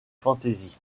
fantasy